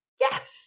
Yes